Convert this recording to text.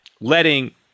letting